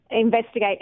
investigate